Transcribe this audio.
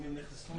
אם הם נחשפו וכו'.